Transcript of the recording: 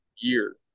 year